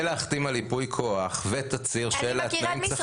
כדי להחתים על ייפוי כוח ותצהיר צריך